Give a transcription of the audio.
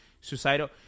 suicidal